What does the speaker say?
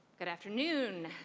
good afternoon,